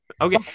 okay